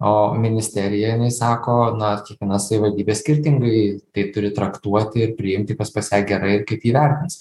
o ministerija jinai sako na kiekviena savivaldybė skirtingai tai turi traktuoti ir priimti kas pas ją gerai ir kaip ji vertins